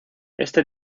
este